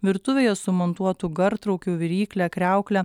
virtuvėje sumontuotu gartraukiu virykle kriaukle